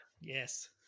Yes